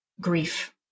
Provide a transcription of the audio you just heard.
grief